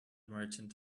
merchant